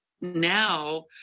now